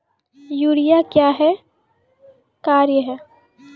Urea का क्या कार्य हैं?